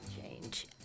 change